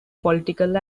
political